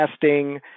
testing